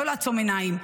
לא לעצום עיניים,